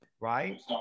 right